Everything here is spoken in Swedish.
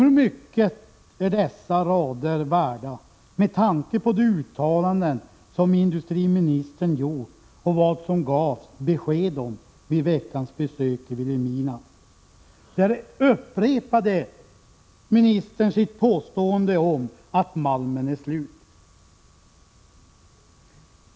Hur mycket är dessa rader värda med tanke på de uttalanden som industriministern gjort och gav besked om vid veckans besök i Vilhemina. Där upprepade han sitt påstående om att malmen är slut.